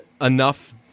enough